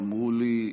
אמרו לי,